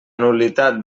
nul·litat